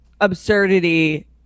absurdity